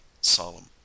solemn